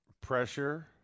Pressure